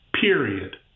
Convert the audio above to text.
period